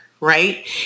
right